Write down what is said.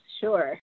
Sure